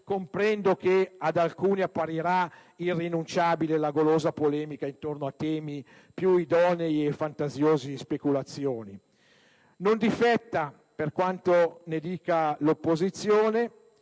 comprendo che ad alcuni apparirà irrinunciabile la golosa polemica intorno a temi più idonei a speculazioni fantasiose. Non difetta, per quanto ne dica l'opposizione,